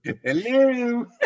Hello